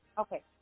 Okay